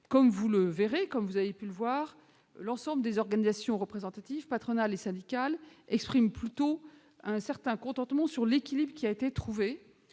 Or sur ce point, comme vous avez pu le constater, l'ensemble des organisations représentatives patronales et syndicales exprime plutôt un certain contentement sur l'équilibre qui a été trouvé